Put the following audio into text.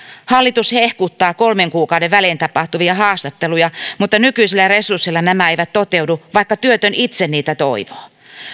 hallitus hehkuttaa kolmen kuukauden välein tapahtuvia haastatteluja mutta nykyisillä resursseilla nämä eivät toteudu vaikka työtön itse niitä toivoo